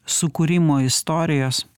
sukūrimo istorijos